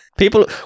People